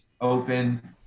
open